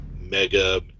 Mega